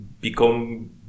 become